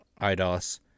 IDOS